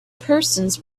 persons